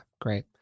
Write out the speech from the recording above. great